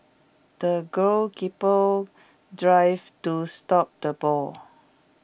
the goalkeeper dived to stop the ball